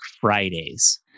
Fridays